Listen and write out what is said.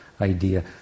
idea